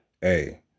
hey